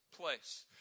place